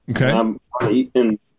Okay